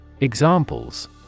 Examples